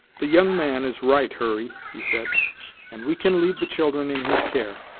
the young man is right, hurry, he said and we can leave the children in his care.